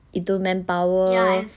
itu manpower